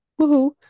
woohoo